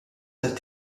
tat